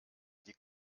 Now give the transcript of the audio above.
die